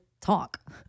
talk